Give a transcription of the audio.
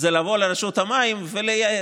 לרשות המים ולייעץ.